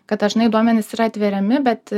kad dažnai duomenys yra atveriami bet